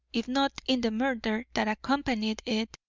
if not in the murder that accompanied it,